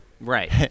Right